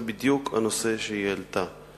זה בדיוק הנושא שהיא העלתה.